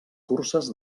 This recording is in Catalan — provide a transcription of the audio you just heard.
curses